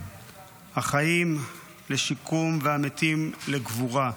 החיים לשיקום והמתים לקבורה.